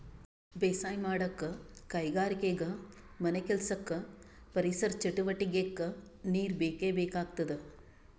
ಬೇಸಾಯ್ ಮಾಡಕ್ಕ್ ಕೈಗಾರಿಕೆಗಾ ಮನೆಕೆಲ್ಸಕ್ಕ ಪರಿಸರ್ ಚಟುವಟಿಗೆಕ್ಕಾ ನೀರ್ ಬೇಕೇ ಬೇಕಾಗ್ತದ